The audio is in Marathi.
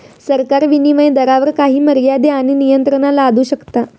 सरकार विनीमय दरावर काही मर्यादे आणि नियंत्रणा लादू शकता